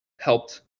helped